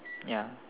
ya